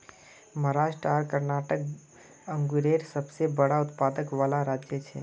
महाराष्ट्र आर कर्नाटक अन्गुरेर सबसे बड़ा उत्पादक वाला राज्य छे